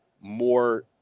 more